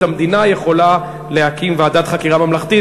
המדינה יכולה להקים ועדת חקירה ממלכתית.